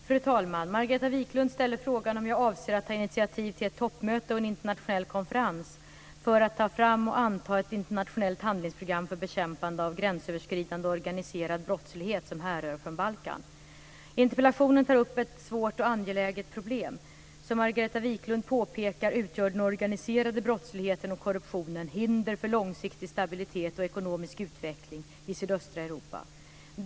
Fru talman! Margareta Viklund ställer frågan om jag avser att ta initiativ till ett toppmöte och en internationell konferens för att ta fram och anta ett internationellt handlingsprogram för bekämpande av gränsöverskridande organiserad brottslighet som härrör från Balkan. Interpellationen tar upp ett svårt och angeläget problem. Som Margareta Viklund påpekar utgör den organiserade brottsligheten och korruptionen hinder för långsiktig stabilitet och ekonomisk utveckling i sydöstra Europa.